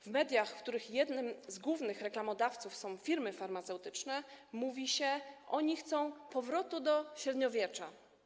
W mediach, w których jednym z głównych reklamodawców są firmy farmaceutyczne, mówi się: Oni chcą powrotu do średniowiecza.